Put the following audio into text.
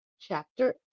chapter